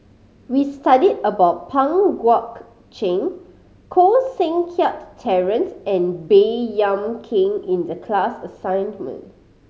we studied about Pang Guek Cheng Koh Seng Kiat Terence and Baey Yam Keng in the class assignment